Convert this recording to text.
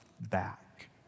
back